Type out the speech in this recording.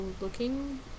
looking